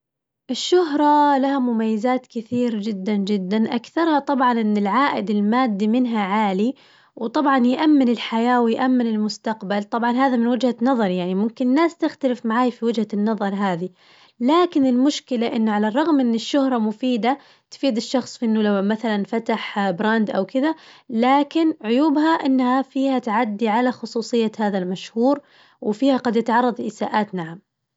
الشهرة لها مميزات كثير جداً جداً أكثرها طبعاً إن العائد المادي منها عالي، وطبعاً يأمن الحياة ويأمن المستقبل طبعاً هذا من وجهة نظري يعني ممكن الناس تختلف معاي في وجهة النظر هذي، لكن المشكلة إنه على الرغم إن الشهرة مفيدة تفيد الشخص في إنه لو مثلاً فتح براند أو كذا، لكن عيوبها إنها فيها تعدي على خصوصية هذا المشهور وفيها قد يتعرض لإساءات نعم.